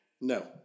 No